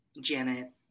Janet